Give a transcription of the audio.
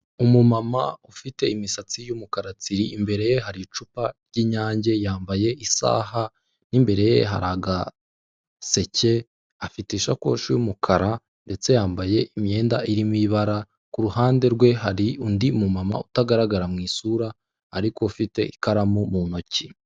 Umumama ufite imisatsi y'umukara tsiri, imbere ye hari icupa ry'inyange, yambaye isaha n'imbere ye hari agaseke afite isakoshi y'umukara ndetse yambaye imyenda irimo ibara, ku ruhande rwe hari undi mumama utagaragara mu isura ariko ufite ikaramu mu ntoki.